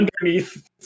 underneath